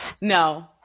no